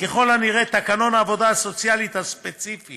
ככל הנראה, תקנון העבודה הסוציאלית הספציפי